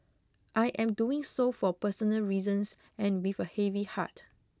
I am doing so for personal reasons and with a heavy heart